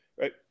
Right